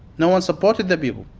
no one supported the people.